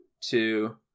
two